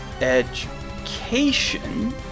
education